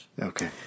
Okay